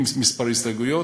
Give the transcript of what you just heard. עם כמה הסתייגויות: